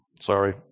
sorry